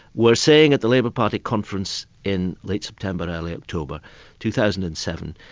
were saying at the labour party conference in late september, early october two thousand and seven,